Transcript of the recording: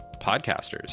podcasters